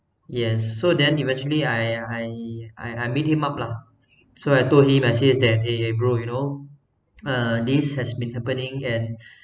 yes so then eventually I I I I meet him up lah so I told him I says that eh bro you know uh this has been happening and